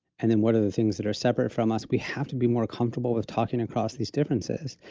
and then what are the things that are separate from us, we have to be more comfortable with talking across these differences.